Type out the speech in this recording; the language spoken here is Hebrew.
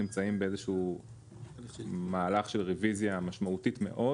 נמצאים באיזה שהוא מהלך של רוויזיה משמעותית מאוד